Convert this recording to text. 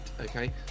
okay